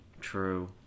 true